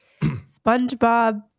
SpongeBob